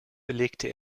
belegte